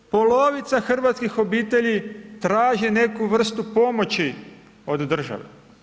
Polovica hrvatskih obitelji, traži neku vrstu pomoći od države.